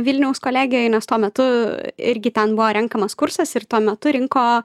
vilniaus kolegijoj nes tuo metu irgi ten buvo renkamas kursas ir tuo metu rinko